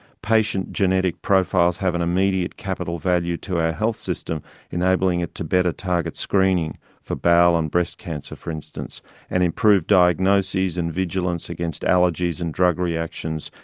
patient genetic profiles have an immediate capital value to our health system enabling it to better target screening for bowel and breast cancer for instance and improve diagnoses and vigilance against allergies and drug reactions,